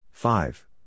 Five